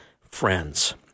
friends